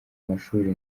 amashuri